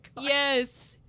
Yes